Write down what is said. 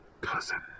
Cousin